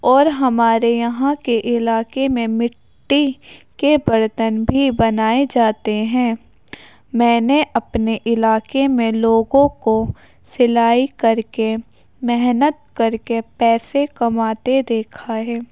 اور ہمارے یہاں کے علاقے میں مٹی کے برتن بھی بنائے جاتے ہیں میں نے اپنے علاقے میں لوگوں کو سلائی کر کے محنت کر کے پیسے کماتے دیکھا ہے